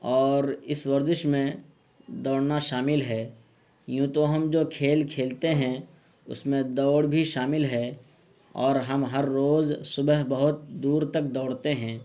اور اس ورزش میں دوڑنا شامل ہے یوں تو ہم جو کھیل کھیلتے ہیں اس میں دوڑ بھی شامل ہے اور ہم ہر روز صبح بہت دور تک دوڑتے ہیں